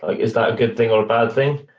is that a good thing or a bad thing?